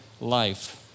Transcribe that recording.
life